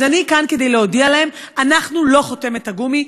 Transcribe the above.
אז אני כאן כדי להודיע להם: אנחנו לא חותמת הגומי.